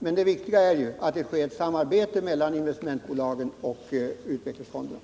Men det viktiga är ju att det sker ett samarbete mellan investmentbolagen och utvecklingsfonderna.